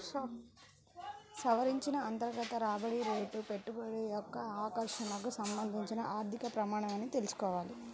సవరించిన అంతర్గత రాబడి రేటు పెట్టుబడి యొక్క ఆకర్షణకు సంబంధించిన ఆర్థిక ప్రమాణమని తెల్సుకోవాలి